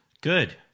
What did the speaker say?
Good